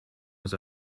was